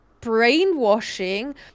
brainwashing